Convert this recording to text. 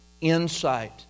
insight